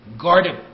guarded